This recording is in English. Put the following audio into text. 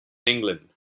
england